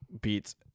beats